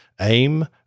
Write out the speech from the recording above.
Aim